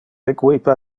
equipa